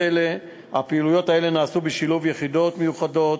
הפעילויות האלה נעשו בשילוב יחידות מיוחדות,